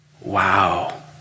Wow